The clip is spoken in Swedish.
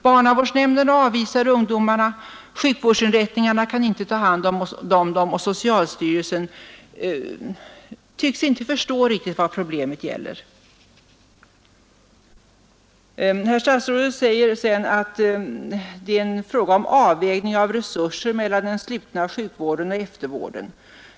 Barnavårdsnämnderna avvisar ungdomarna, sjukvårdsinrättningarna kan inte ta hand om dem och socialstyrelsen tycks inte riktigt förstå vad problemet gäller. Herr statsrådet säger vidare att det är en fråga om avvägning av resurser mellan den slutna sjukvården och eftervården.